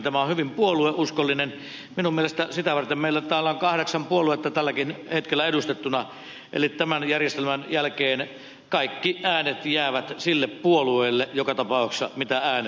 tämä on hyvin puolueuskollinen minun mielestäni sitä varten meillä täällä on kahdeksan puoluetta tälläkin hetkellä edustettuna eli tämän järjestelmän jälkeen kaikki äänet jäävät sille puolueelle joka tapauksessa mitä äänestetään